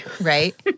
Right